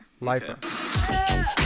Lifer